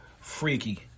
freaky